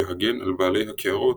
להגן על בעלי הקערות